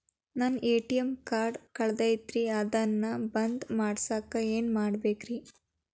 ನನ್ನ ATM card ಕಳದೈತ್ರಿ ಅದನ್ನ ಬಂದ್ ಮಾಡಸಾಕ್ ಏನ್ ಮಾಡ್ಬೇಕ್ರಿ?